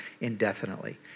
indefinitely